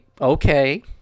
okay